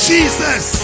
Jesus